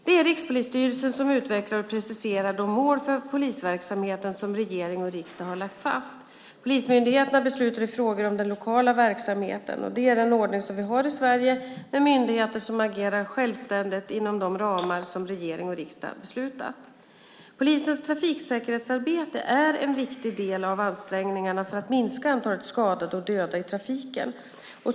Det är Rikspolisstyrelsen som utvecklar och preciserar de mål för polisverksamheten som regering och riksdag har lagt fast. Polismyndigheterna beslutar i frågor om den lokala verksamheten. Det är den ordning vi har i Sverige med myndigheter som agerar självständigt inom de ramar som regering och riksdag beslutat. Polisens trafiksäkerhetsarbete är en viktig del i ansträngningarna för att minska antalet skadade och döda i trafiken.